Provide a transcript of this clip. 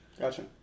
Gotcha